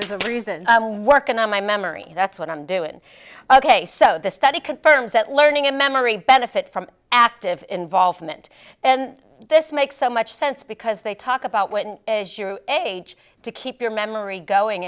a reason working on my memory that's what i'm doing ok so this study confirms that learning and memory benefit from active involvement and this makes so much sense because they talk about what is your age to keep your memory going